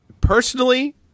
Personally